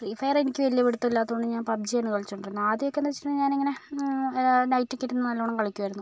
free Fire എനിക്ക് വലിയ പിടുത്തമില്ലാത്തതു കൊണ്ട് ഞാൻ പബ് ജിയാണ് കളിച്ചു കൊണ്ടിരുന്നത് ആദ്യമൊക്കെയെന്നു വെച്ചിട്ടുണ്ടെങ്കിൽ ഞാൻ അങ്ങനെ നെറ്റൊക്കെ ഇരുന്ന് നല്ലവണ്ണം കളിക്കുമായിരുന്നു